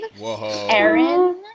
Aaron